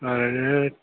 आरो